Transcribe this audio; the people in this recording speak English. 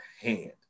hand